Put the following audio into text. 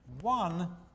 one